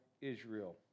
Israel